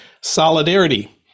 solidarity